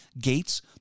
Gates